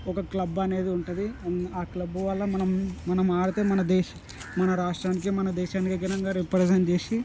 ఒక క్లబ్ అనేది ఉంటుంది ఆ క్లబ్బు వల్ల మనం మనం ఆడితే మన దేశా మన రాష్ట్రానికి మన దేశానికి గల రెప్రజెంట్ చేసి